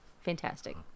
Fantastic